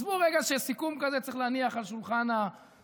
עזבו רגע שסיכום כזה צריך להניח על שולחן המליאה,